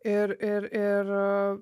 ir ir ir